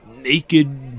naked